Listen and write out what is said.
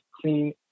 clean